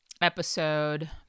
episode